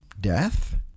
death